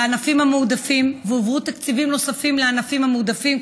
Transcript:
לענפים המועדפים והועברו תקציבים נוספים לענפים המועדפים,